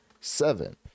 seven